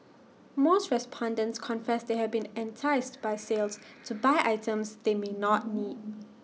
most respondents confess they have been enticed by sales to buy items they may not need